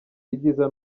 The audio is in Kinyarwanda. ibyiza